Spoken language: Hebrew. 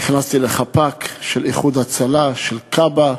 נכנסתי לחפ"ק של "איחוד הצלה", של כב"א,